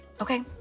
Okay